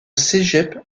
cégep